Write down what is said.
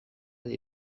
ere